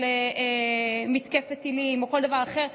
של מתקפת טילים או כל דבר אחר,